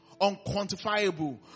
unquantifiable